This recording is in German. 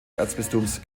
erzbistums